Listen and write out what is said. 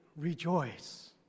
rejoice